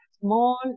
small